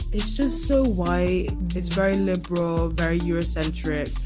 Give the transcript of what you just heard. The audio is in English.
it's just so white it's very liberal very eurocentric.